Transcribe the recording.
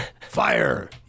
Fire